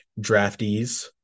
draftees